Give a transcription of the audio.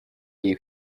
you